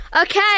Okay